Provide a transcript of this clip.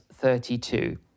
32